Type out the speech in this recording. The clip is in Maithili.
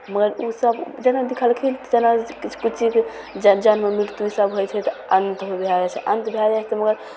मगर ओसब जेना लिखलखिन जेना किछु किछु चीज जनम मृत्यु सब होइ छै तऽ अन्त भै जाइ छै अन्त भै जाइ छै तऽ मगर